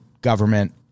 government